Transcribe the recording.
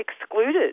excluded